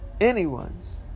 anyone's